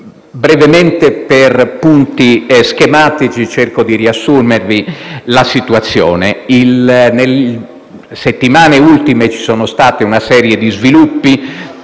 Brevemente, per punti schematici, cerco di riassumervi la situazione. Nelle ultime settimane ci sono state una serie di sviluppi